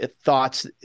thoughts